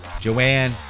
Joanne